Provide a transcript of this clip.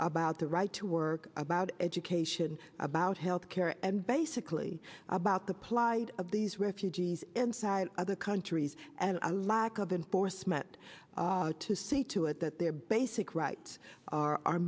about the right to work about education about health care and basically about the plight of these refugees inside other countries and i lack of enforcement to see to it that their basic rights are are